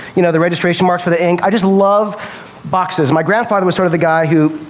you know, the registration marks for the ink. i just love boxes. my grandfather was sort of the guy who,